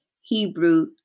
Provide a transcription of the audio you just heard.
Hebrew